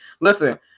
listen